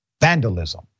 vandalism